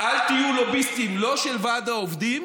תהיו לוביסטים לא של ועד העובדים